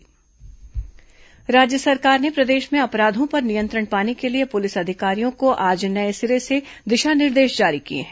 गुहमंत्री बैठक राज्य सरकार ने प्रदेश में अपराधों पर नियंत्रण पाने के लिए पुलिस अधिकारियों को आज नये सिरे से दिशा निर्देश जारी किए हैं